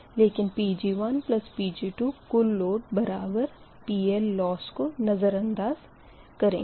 लेकिन Pg1Pg2 कुल load बराबर PL लोस को नज़रंदाज़ करेंगे